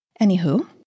Anywho